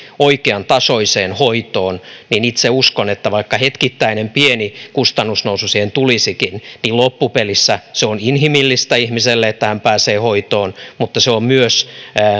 oikeantasoiseen hoitoon niin itse uskon että vaikka hetkittäinen pieni kustannusnousu tulisikin loppupeleissä se on inhimillistä ihmiselle että hän pääsee hoitoon mutta se on myös